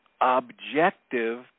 objective